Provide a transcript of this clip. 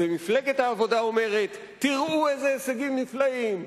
ומפלגת העבודה אומרת: תראו איזה הישגים נפלאים,